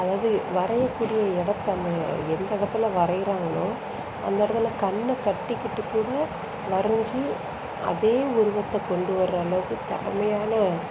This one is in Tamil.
அதாவது வரையக்கூடிய இடத்த அந்த எந்த இடத்துல வரைகிறாங்களோ அந்த இடத்துல கண்ணை கட்டிக்கிட்டு கூட வரைஞ்சி அதே உருவத்தை கொண்டு வர அளவுக்கு திறமையான